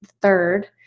third